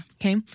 Okay